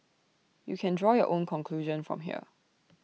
you can draw your own conclusion from here